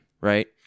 right